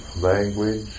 language